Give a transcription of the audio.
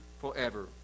forever